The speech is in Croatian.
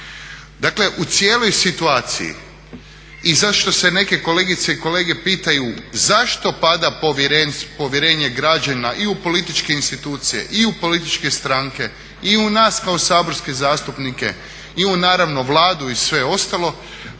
Dakle, u cijeloj situaciji i zašto se neke kolegice i kolege pitaju zašto pada povjerenje građana i u političke institucije i u političke stranke i u nas kao saborske zastupnike i u naravno Vladu i sve ostalo.